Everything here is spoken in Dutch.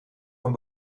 van